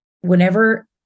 whenever